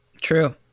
True